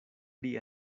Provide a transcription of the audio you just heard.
pri